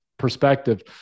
perspective